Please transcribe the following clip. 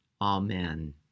amen